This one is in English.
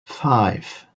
five